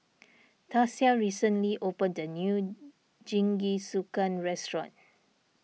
Tasia recently opened a new Jingisukan restaurant